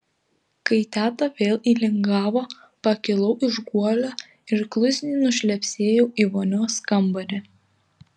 kai teta vėl įlingavo pakilau iš guolio ir klusniai nušlepsėjau į vonios kambarį